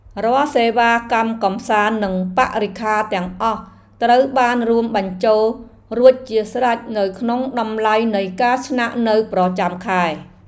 រាល់សេវាកម្មកម្សាន្តនិងបរិក្ខារទាំងអស់ត្រូវបានរួមបញ្ចូលរួចជាស្រេចនៅក្នុងតម្លៃនៃការស្នាក់នៅប្រចាំខែ។